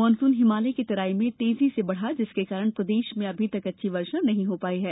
monsoon Himalaya की तराई क्षेत्रों में तेजी से बढ़ा जिसके कारण प्रदेश में अभी तक अच्छी वर्षा नहीं हो पाई है